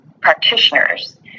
practitioners